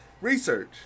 research